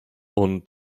und